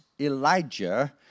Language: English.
Elijah